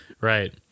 Right